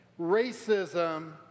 racism